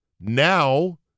Now